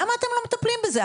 למה אתם לא מטפלים בזה?